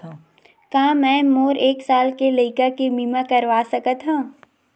का मै मोर एक साल के लइका के बीमा करवा सकत हव?